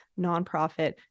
nonprofit